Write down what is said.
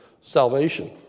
salvation